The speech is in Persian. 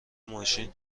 ماشین